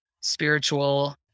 spiritual